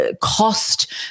cost